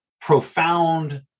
profound